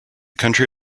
country